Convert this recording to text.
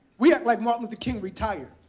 we act like martin luther king retired.